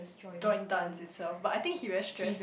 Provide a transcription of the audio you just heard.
join dance himself but I think he really stress